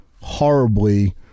horribly